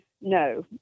No